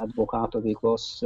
advokato veiklos